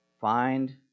Find